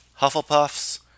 Hufflepuffs